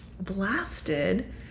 blasted